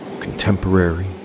contemporary